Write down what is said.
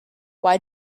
why